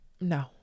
No